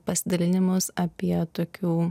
pasidalinimus apie tokių